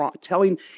telling